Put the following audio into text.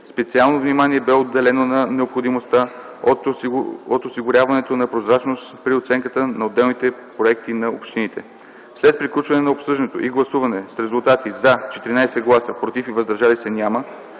Специално внимание бе отделено на необходимостта от осигуряването на прозрачност при оценката на отделните проекти на общините. След приключване на обсъждането и гласуване с резултати: „за” – 14 гласа, „против” и „въздържали се” – няма,